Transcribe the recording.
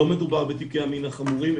לא מדובר בתיקי המין החמורים,